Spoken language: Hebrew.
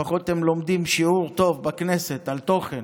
לפחות הם לומדים שיעור טוב בכנסת על תוכן.